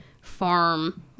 farm